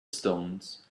stones